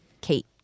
Kate